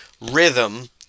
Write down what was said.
rhythm